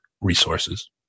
resources